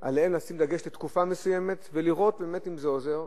עליהם דגש לתקופה מסוימת ולראות באמת אם זה עוזר.